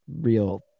real